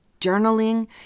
journaling